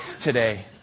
today